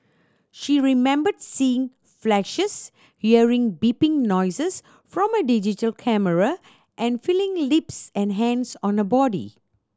she remembered seeing flashes hearing beeping noises from a digital camera and feeling lips and hands on her body